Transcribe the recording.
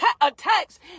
attacks